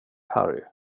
harry